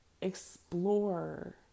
Explore